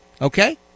Okay